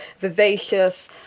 vivacious